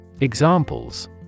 Examples